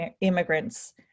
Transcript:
immigrants